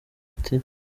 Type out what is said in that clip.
ati